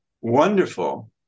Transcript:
wonderful